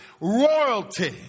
royalty